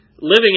living